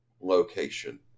location